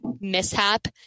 mishap